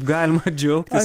galima džiaugtis